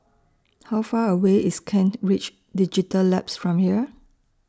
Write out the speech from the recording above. How Far away IS Kent Ridge Digital Labs from here